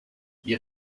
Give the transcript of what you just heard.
you